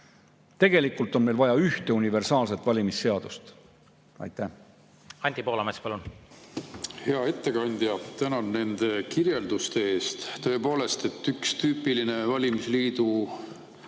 tegelikult on meil vaja ühte universaalset valimisseadust. See